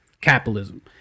capitalism